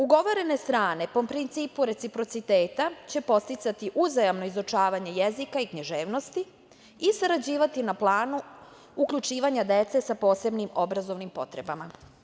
Ugovorene strane, po principu reciprociteta, će podsticati uzajamno izučavanje jezika i književnosti i sarađivati na planu uključivanja dece sa posebnim obrazovnim potrebama.